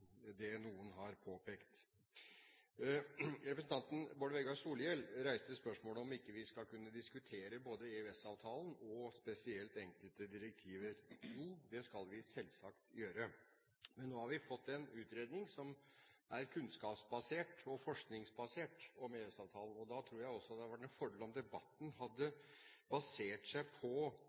det noen har påpekt. Representanten Bård Vegar Solhjell reiste spørsmålet om vi ikke skal kunne diskutere både EØS-avtalen og enkelte direktiver spesielt. Det skal vi selvsagt gjøre. Men nå har vi fått en utredning om EØS-avtalen som er kunnskapsbasert og forskningsbasert, og jeg tror det hadde vært en fordel om debatten hadde basert seg på